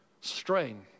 strain